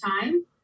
time